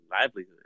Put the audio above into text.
livelihood